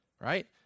right